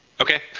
okay